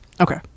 Okay